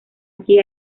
aquí